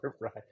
Right